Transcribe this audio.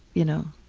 you know,